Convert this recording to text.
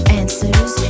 answers